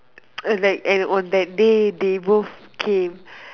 like and on that day they both came